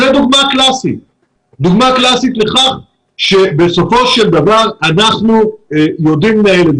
זו דוגמה קלאסית לכך שבסופו של דבר אנחנו יודעים לעשות.